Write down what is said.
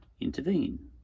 intervene